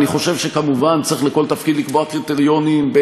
אני חושב שצריך כמובן לקבוע קריטריונים לכל תפקיד,